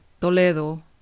Toledo